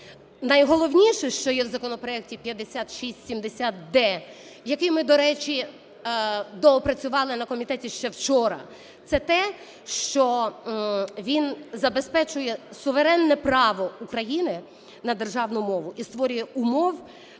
Найголовніше, що є в законопроекті 5670-д, який ми, до речі, доопрацювали на комітеті ще вчора, це те, що він забезпечує суверенне право України на державну мову і створює умови